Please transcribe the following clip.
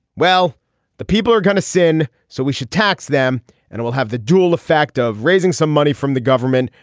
well the people are going to sin. so we should tax them and we'll have the dual effect of raising some money from the government.